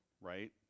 Right